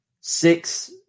six